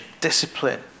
discipline